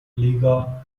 liga